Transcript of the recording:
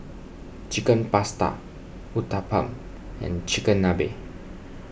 Chicken Pasta Uthapam and Chigenabe